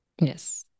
yes